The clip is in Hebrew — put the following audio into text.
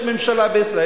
יש ממשלה בישראל,